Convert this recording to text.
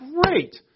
great